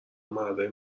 مردای